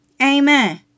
Amen